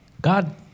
god